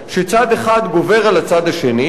שצד אחד גובר על הצד השני,